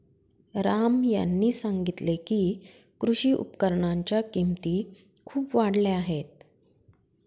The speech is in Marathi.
राम यांनी सांगितले की, कृषी उपकरणांच्या किमती खूप वाढल्या आहेत